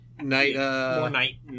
Night